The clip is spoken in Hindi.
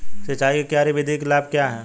सिंचाई की क्यारी विधि के लाभ क्या हैं?